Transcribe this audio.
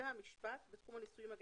כתוב שאין מניעה לניסוי?